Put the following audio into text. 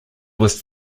was